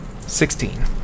Sixteen